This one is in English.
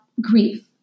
grief